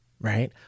right